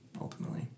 ultimately